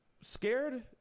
scared